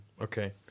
Okay